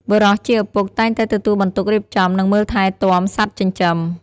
បុរសជាឪពុកតែងតែទទួលបន្ទុករៀបចំ និងមើលថែទាំសត្វចិញ្ចឹម។